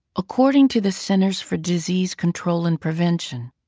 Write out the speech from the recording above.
according to the centers for disease control and prevention,